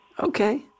Okay